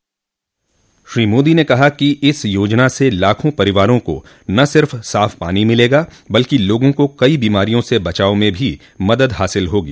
श्री मोदी ने कहा कि इस योजना से लाखों परिवारों को न सिफ साफ पानी मिलेगा बल्कि लोगों को कई बीमारियों से बचाव में भी मदद हासिल होगी